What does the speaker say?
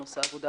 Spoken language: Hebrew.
עושה עבודה